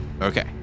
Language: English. Okay